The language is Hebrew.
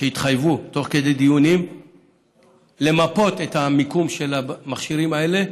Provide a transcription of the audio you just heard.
שהתחייבו תוך כדי דיונים למפות את המיקום של המכשירים האלה,